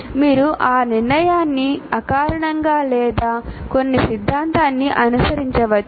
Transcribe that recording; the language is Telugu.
మీరు ఆ నిర్ణయాన్ని అకారణంగా లేదా కొన్ని సిద్ధాంతాన్ని అనుసరించవచ్చు